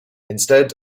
instead